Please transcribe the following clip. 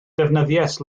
defnyddiais